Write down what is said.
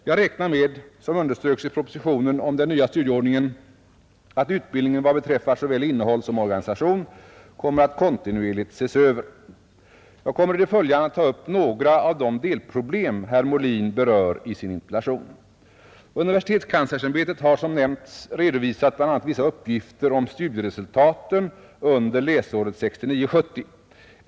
Jag räknar med — som underströks i propositionen om den nya studieordningen — att utbildningen vad beträffar såväl innehåll som organisation kommer att kontinuerligt ses över. Jag kommer i det följande att ta upp några av de delproblem herr Molin berör i sin interpellation. Universitetskanslersämbetet har som nämnts redovisat bl.a. vissa uppgifter om studieresultaten under läsåret 1969/70.